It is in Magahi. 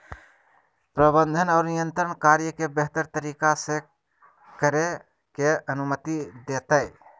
प्रबंधन और नियंत्रण कार्य के बेहतर तरीका से करे के अनुमति देतय